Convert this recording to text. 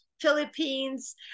Philippines